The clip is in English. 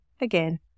again